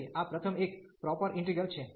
તેથી આ પ્રથમ એક પ્રોપર ઈન્ટિગ્રલ છે